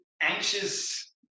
anxious